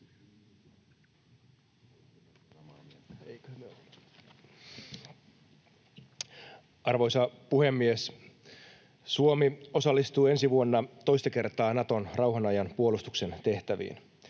Arvoisa puhemies! Suomi osallistuu ensi vuonna toista kertaa Naton rauhan ajan puolustuksen tehtäviin.